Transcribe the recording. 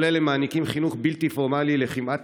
כל אלה מעניקים חינוך בלתי פורמלי לכמעט